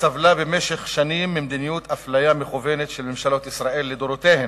סבלה במשך שנים ממדיניות אפליה מכוונת של ממשלות ישראל לדורותיהן.